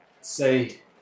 Say